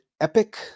epic